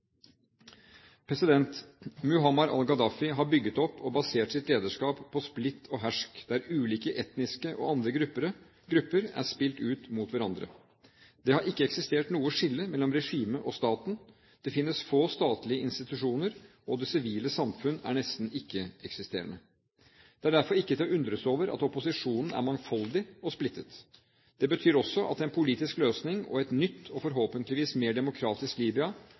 har bygget opp og basert sitt lederskap på splitt og hersk, der ulike etniske og andre grupper er spilt ut mot hverandre. Det har ikke eksistert noe skille mellom regimet og staten, det finnes få statlige institusjoner, og det sivile samfunn er nesten ikke-eksisterende. Det er derfor ikke til å undres over at opposisjonen er mangfoldig og splittet. Det betyr også at en politisk løsning og et nytt og forhåpentligvis mer demokratisk Libya